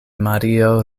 mario